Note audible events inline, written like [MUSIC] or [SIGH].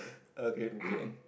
okay [COUGHS]